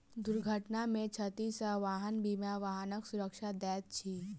दुर्घटना में क्षति सॅ वाहन बीमा वाहनक सुरक्षा दैत अछि